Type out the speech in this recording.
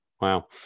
wow